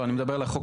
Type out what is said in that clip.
לא, אני מדבר על חוק